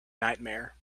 nightmare